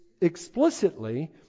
explicitly